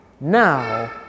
now